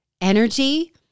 energy